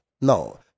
No